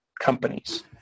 companies